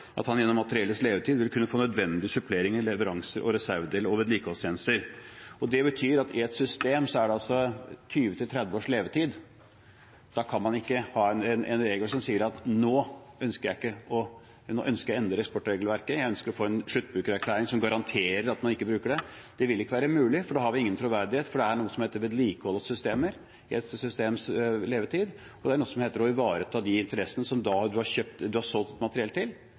at han gjennom materiellets levetid vil kunne få nødvendig supplering i leveranse av reservedeler og vedlikeholdstjenester. I et system er det 20–30 års levetid, det betyr at da kan man ikke ha en regel som sier at nå ønsker jeg å endre eksportregelverket, jeg ønsker å få en sluttbrukererklæring som garanterer at man ikke bruker det. Det vil ikke være mulig. Da har vi ingen troverdighet, for det er noe som heter vedlikehold av systemer i et systems levetid, og det er noe som heter å ivareta de interessene som man har solgt materiell til, og da må man ha oppgradering av dette systemet. Det er åpenbart at leverandøren til